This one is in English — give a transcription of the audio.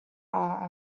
are